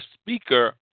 speaker